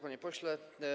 Panie Pośle!